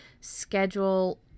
schedule